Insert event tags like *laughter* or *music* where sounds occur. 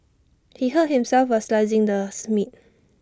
he hurt himself while slicing the *unintelligible* meat